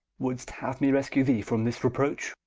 would'st haue me rescue thee from this reproach?